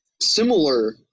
similar